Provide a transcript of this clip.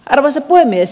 arvoisa puhemies